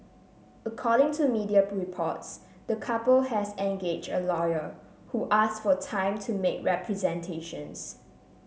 according to media reports the couple has engage a lawyer who asked for time to make representations